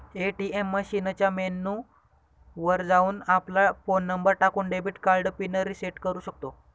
ATM मशीनच्या menu वर जाऊन, आपला फोन नंबर टाकून, डेबिट कार्ड पिन रिसेट करू शकतो